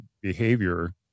behavior